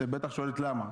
את בטח שואלת למה.